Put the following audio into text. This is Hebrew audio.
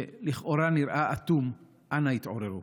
שלכאורה נראה אטום: אנא, התעוררו.